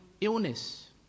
illness